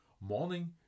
morning